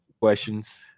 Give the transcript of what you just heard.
questions